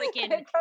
freaking